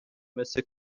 مثل